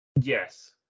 Yes